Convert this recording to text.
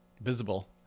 visible